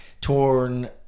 torn